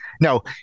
No